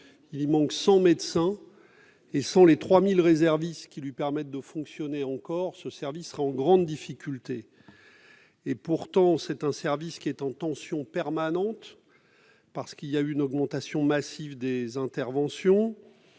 il y manque 100 médecins, et sans les 3000 réservistes qui lui permettent de fonctionner encore, ce service serait en grande difficulté, car il est en tension permanente à cause d'une augmentation massive des interventions.